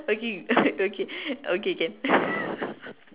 okay okay okay can